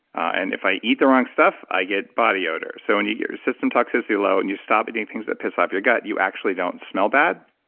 and if i eat the wrong stuff, i get body odor. so when you get your system toxicity low and you stop eating things that piss off your gut, you actually don't smell bad.